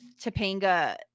Topanga